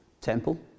temple